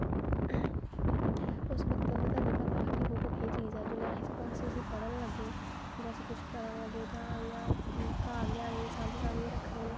उस बक्त निं पता हा कि बुक्क केह् चीज़ ऐ जिसलै अस उस्सी पढ़न लग्गे जां उसी कुछ करन लग्गे जां इ'यां घर लेआनी ते सांभी सांभी रक्खनी